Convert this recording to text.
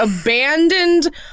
abandoned